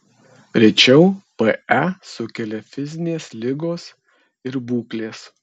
rečiau pe sukelia fizinės ligos ir būklės